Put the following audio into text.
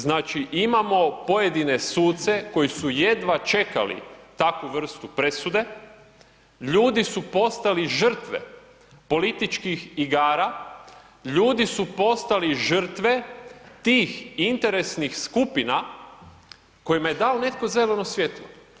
Znači imamo pojedine suce koji su jedva čekali takvu vrstu presude, ljudi su postali žrtve političkih igara, ljudi su postali žrtve tih interesnih skupina kojima je dao netko zeleno svjetlo.